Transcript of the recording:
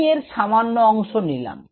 আমি এর সামান্য অংশ নিলাম